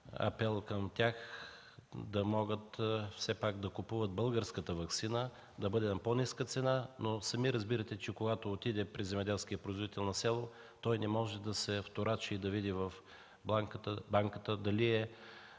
апел към тях все пак да купуват българската ваксина, да бъде на по-ниска цена. Сами разбирате, че когато отиде при земеделският производител на село, той не може да се вторачи и да види в банката дали